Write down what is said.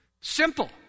Simple